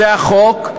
זה החוק.